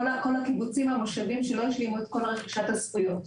כל הקיבוצים והמושבים שלא השלימו את כל רכישת הזכויות.